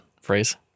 phrase